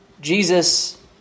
Jesus